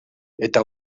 eta